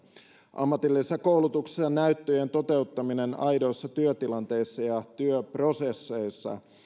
ammatillisessa koulutuksessa näyttöjen toteuttaminen aidoissa työtilanteissa ja työprosesseissa